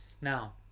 Now